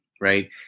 Right